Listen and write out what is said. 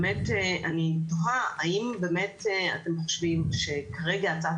באמת אני תוהה האם באמת אתם חושבים שכרגע הצעת